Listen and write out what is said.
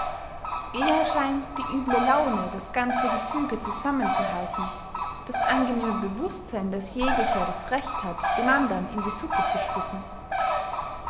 eher scheint die üble laune das ganze gefüge zusammenzuhalten das angenehme bewußtsein daß jeglicher das recht hat dem andern in die suppe zu spucken